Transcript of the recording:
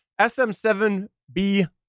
SM7B